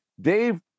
Dave